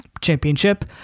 championship